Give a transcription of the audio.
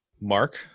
mark